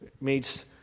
meets